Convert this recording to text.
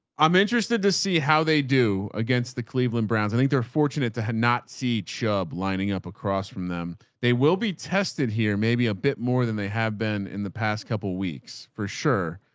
i'm interested to see how they do against the cleveland browns. i think there are fortunate to have not seen chubb lining up across from them. they will be tested here maybe a bit more than they have been in the past couple of weeks for sure.